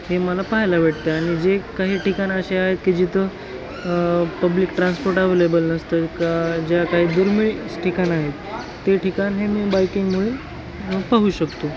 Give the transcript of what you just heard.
हे मला पाहायला भेटतं आणि जे काही ठिकाणं असे आहेत की जिथं पब्लिक ट्रान्सपोर्ट अवलेबल नसतं का ज्या काही दुर्मिळ ठिकाणं आहेत ते ठिकाण हे मी बाईकिंगमुळे पाहू शकतो